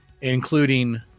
including